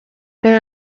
there